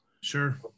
Sure